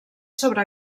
sobre